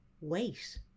wait